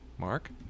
Mark